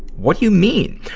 what do you mean?